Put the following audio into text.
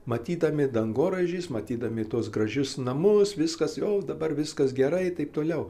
matydami dangoraižius matydami tuos gražius namus viskas jau dabar viskas gerai taip toliau